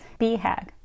BHAG